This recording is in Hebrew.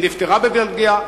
היא נפתרה בבלגיה,